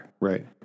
Right